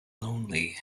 lonely